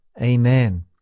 Amen